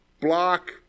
block